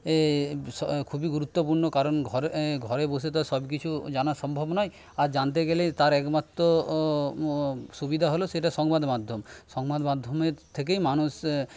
খুবই গুরুত্বপূর্ণ কারণ ঘরে বসে তো আর সবকিছু জানা সম্ভব নয় আর জানতে গেলে তার একমাত্র সুবিধা হলো সেটা সংবাদ মাধ্যম সংবাদ মাধ্যমের থেকেই মানুষ